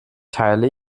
teile